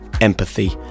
empathy